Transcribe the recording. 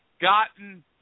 gotten